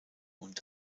und